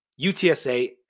UTSA